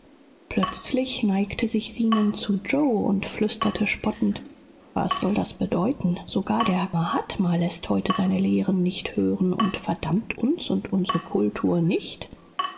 plötzlich neigte sich zenon zu yoe und flüsterte spottend was soll das bedeuten sogar der mahatma läßt heute seine lehren nicht hören und verdammt uns und unsere kultur nicht